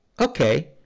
Okay